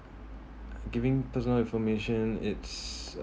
giving personal information it's uh